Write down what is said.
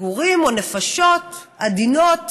גורים או נפשות עדינות,